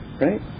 right